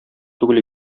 түгел